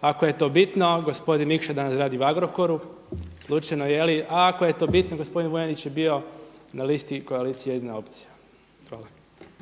ako je to bitno gospodin Mikša danas radi u Agrokoru, slučajno jeli, ako je bitno gospodin Vuljanić je bio na listi koalicije Jedna opcija. Hvala.